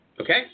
Okay